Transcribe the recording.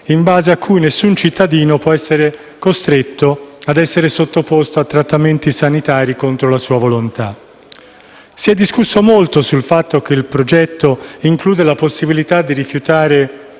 in base a cui nessun cittadino può essere costretto ad essere sottoposto a trattamenti sanitari contro la sua volontà. Si e discusso molto del fatto che il progetto includa la possibilità di rifiutare